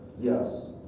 Yes